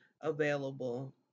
available